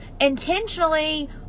intentionally